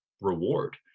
reward